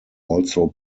also